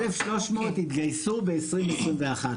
1,300 התגייסו ב-2021.